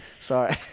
Sorry